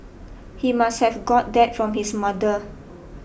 he must have got that from his mother